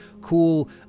cool